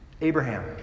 Abraham